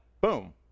boom